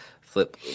flip